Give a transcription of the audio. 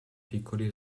piccoli